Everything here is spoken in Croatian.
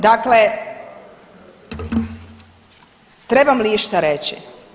Dakle, trebam li išta reći?